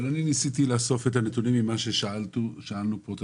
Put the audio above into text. אבל אני ניסיתי לאסוף את הנתונים עם מה ששאלנו פה את